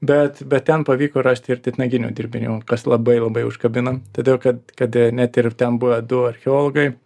bet bet ten pavyko rasti ir titnaginių dirbinių kas labai labai užkabino todėl kad kad net ir ten buvę du archeologai